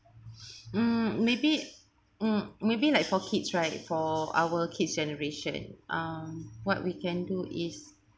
mm maybe mm maybe like for kids right for our kids generation um what we can do is